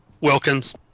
Wilkins